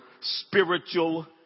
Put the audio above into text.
spiritual